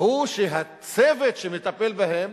הוא שהצוות שמטפל בהם